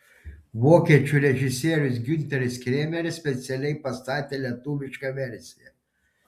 vokiečių režisierius giunteris kremeris specialiai pastatė lietuvišką versiją